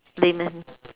lament